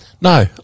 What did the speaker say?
no